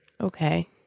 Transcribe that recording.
Okay